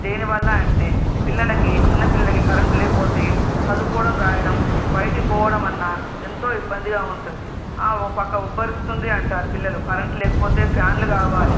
దేని వల్ల అంటే పిల్లలకి చిన్న పిల్లలకి కరెంటు లేకపోతే చదువుకోవడం వ్రాయడం బయటికి పోవడం అన్నా ఎంతో ఇబ్బందిగా ఉంటుంది ఆ ఓహ్ ప్రక్క ఉబ్బరిస్తుంది అంటారు పిల్లలు కరెంటు లేకపోతే ఫ్యాన్లు కావాలి